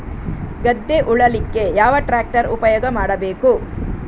ಗದ್ದೆ ಉಳಲಿಕ್ಕೆ ಯಾವ ಟ್ರ್ಯಾಕ್ಟರ್ ಉಪಯೋಗ ಮಾಡಬೇಕು?